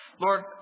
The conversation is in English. Lord